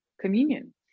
Communion